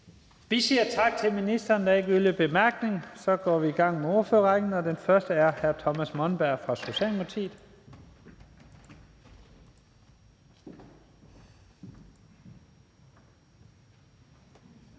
Vi siger tak til ministeren. Der er ikke yderligere korte bemærkninger. Så går vi i gang med ordførerrækken, og den første ordfører er hr. Thomas Monberg fra Socialdemokratiet.